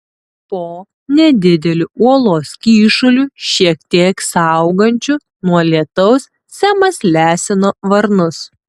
po nedideliu uolos kyšuliu šiek tiek saugančiu nuo lietaus semas lesino varnus